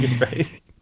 Right